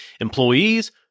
employees